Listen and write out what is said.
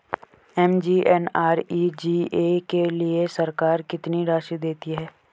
MGNREGA के लिए सरकार कितनी राशि देती है?